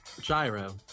Gyro